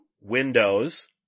windows